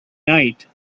night